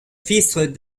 fils